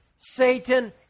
Satan